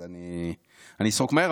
אז אני אסרוק מהר,